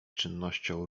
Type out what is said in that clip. czynnością